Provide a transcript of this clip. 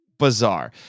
bizarre